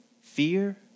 Fear